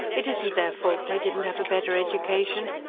it isn't their fault they didn't have a better education.